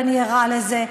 ואני ערה לזה.